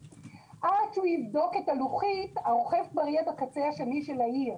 עד שיבדוק את הלוחית הרוכב כבר יהיה בקצה השני של העיר.